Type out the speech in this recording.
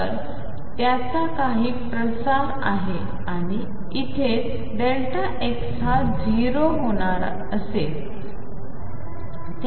तर त्याचा काही प्रसार आहे आणि इथेच x हा 0 होणार नाही तसेच p हा देखील 0होणार नाही परंतु उत्पादन नेहमी 2 पेक्षा मोठे किंवा समान असेल